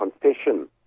confession